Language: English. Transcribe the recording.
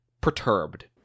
perturbed